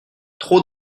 trop